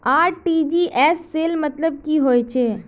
RTGS सेल मतलब की होचए?